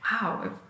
wow